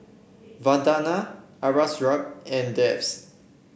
Vandana Aurangzeb and